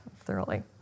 thoroughly